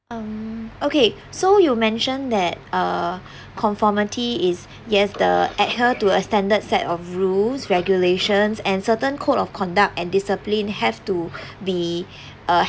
um okay so you mentioned that uh conformity is yes the adhere to a standard set of rules regulations and certain code of conduct and discipline have to be uh